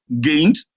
gained